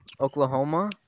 Oklahoma